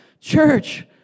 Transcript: Church